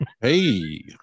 Hey